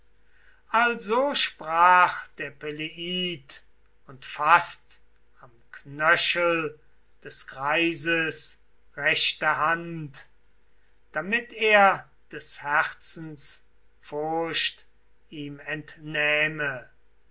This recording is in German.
also sprach der peleid und faßt am knöchel des greises rechte hand damit er des herzens furcht ihm entnähme